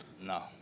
No